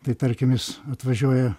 tai tarkim jis atvažiuoja